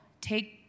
take